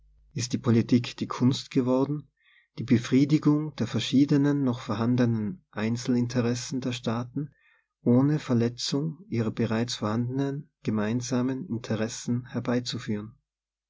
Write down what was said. ist die politik die kunst geworden die befriedigung der verschiedenen noch vorhandenen einzelinteressen der staaten ohne verletzung ihrer bereits vorhandenen gemeinsamen interessen herbeizuführen